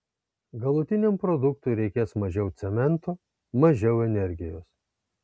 galutiniam produktui reikės mažiau cemento mažiau energijos